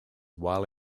while